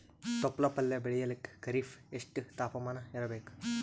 ತೊಪ್ಲ ಪಲ್ಯ ಬೆಳೆಯಲಿಕ ಖರೀಫ್ ಎಷ್ಟ ತಾಪಮಾನ ಇರಬೇಕು?